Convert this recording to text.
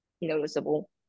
noticeable